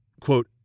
quote